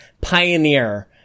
pioneer